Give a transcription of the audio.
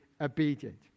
obedient